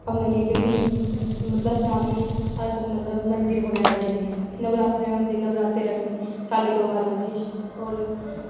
अपने रिलीज़न गी दस्सना की अस मंदर बगैरा जन्ने न नवरात्रे होंदे नवरात्रै रक्खने साले दे दौ बार औंदे होर